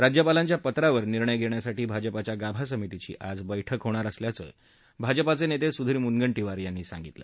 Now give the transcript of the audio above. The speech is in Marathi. राज्यपालांच्या पत्रावर निर्णय घेण्यासाठी भाजपच्या गाभा समितीची आज बैठक होणार असल्याचं भाजपचे नेते सुधीर मुनगंटीवार यांनी सांगितलं